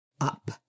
up